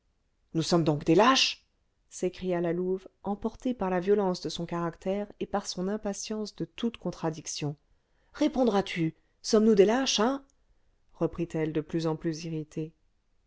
nous sommes donc des lâches s'écria la louve emportée par la violence de son caractère et par son impatience de toute contradiction répondras-tu sommes-nous des lâches hein reprit-elle de plus en plus irritée